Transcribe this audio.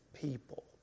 people